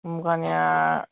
मुगानिया